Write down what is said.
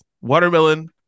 watermelon